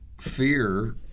fear